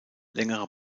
längere